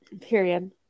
Period